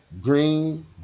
green